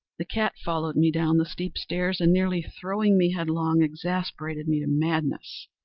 the cat followed me down the steep stairs, and, nearly throwing me headlong, exasperated me to madness.